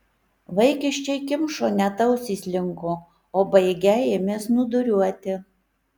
vaikiščiai kimšo net ausys linko o baigę ėmė snūduriuoti